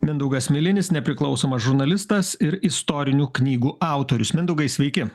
mindaugas milinis nepriklausomas žurnalistas ir istorinių knygų autorius mindaugai sveiki